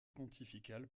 pontifical